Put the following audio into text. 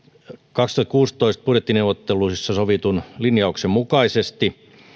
kaksituhattakuusitoista budjettineuvotteluissa sovitun linjauksen mukaisesti